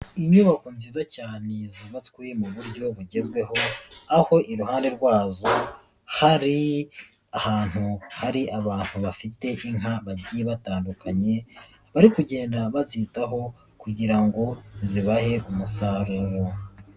Inyubako nziza cyane zubabatwe mu buryo bugezweho, aho iruhande rwazo hari ahantu hari abantu bafite inka bagiye batandukanye, bari kugenda batitaho kugira ngo zibahe umusaruro.